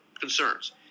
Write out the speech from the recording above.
concerns